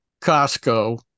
Costco